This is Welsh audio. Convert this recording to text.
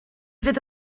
fydd